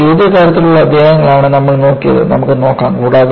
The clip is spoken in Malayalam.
അതിനാൽ ഏത് തരത്തിലുള്ള അധ്യായങ്ങളാണ് നമ്മൾ നോക്കിയത് നമുക്ക് നോക്കാം